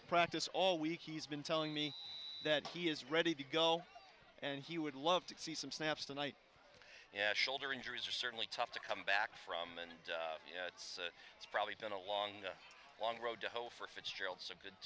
at practice all week he's been telling me that he is ready to go and he would love to see some snaps tonight yeah shoulder injuries are certainly tough to come back from and it's probably been a long long road to